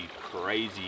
crazy